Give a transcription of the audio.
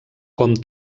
com